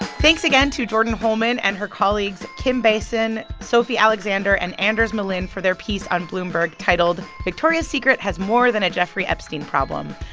thanks again to jordyn holman and her colleagues kim bhasin, sophie alexander and anders melin for their piece on bloomberg titled victoria's secret has more than a jeffrey epstein problem.